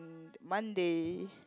Monday